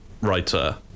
writer